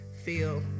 feel